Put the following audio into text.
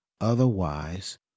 Otherwise